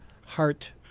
heart